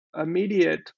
immediate